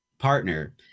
Partner